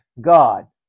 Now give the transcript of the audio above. God